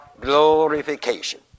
glorification